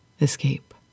escape